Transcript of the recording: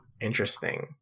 interesting